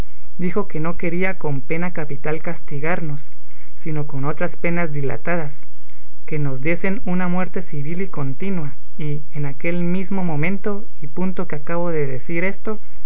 dijo que no quería con pena capital castigarnos sino con otras penas dilatadas que nos diesen una muerte civil y continua y en aquel mismo momento y punto que acabó de decir esto